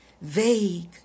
vague